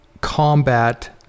combat